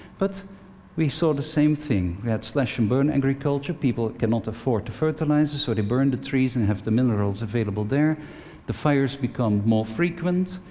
but we saw the same thing. we had slash and burn agriculture people cannot afford the fertilizer, so they burn the trees and have the minerals available there the fires become more frequent,